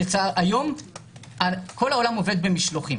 היום כל העולם עובד במשלוחים.